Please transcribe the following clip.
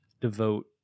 devote